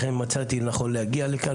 לכן מצאתי לנכון להגיע לכאן,